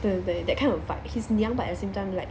对对对 that kind of but he's 娘 but at the same time like